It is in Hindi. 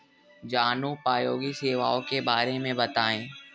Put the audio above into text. जनोपयोगी सेवाओं के बारे में बताएँ?